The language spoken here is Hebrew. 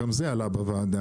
גם זה עלה בוועדה,